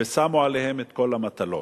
ושמו עליהם את כל המטלות.